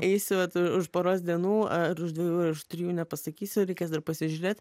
eisiu vat už poros dienų ar už dviejų trijų nepasakysiu reikės dar pasižiūrėt